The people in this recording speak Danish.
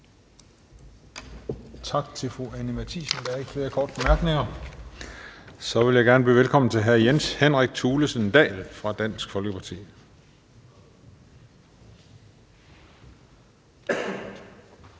Tak til fru Anni Matthiesen. Der er ikke flere korte bemærkninger. Så vil jeg gerne byde velkommen til hr. Jens Henrik Thulesen Dahl fra Dansk Folkeparti.